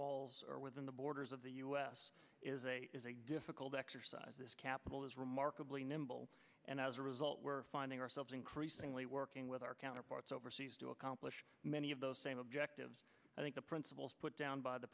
walls or within the borders of the us is a is a difficult exercise this capital is remarkably nimble and as a result we're finding ourselves increasingly working with our counterparts overseas to accomplish many of those same objectives i think the principles put down by the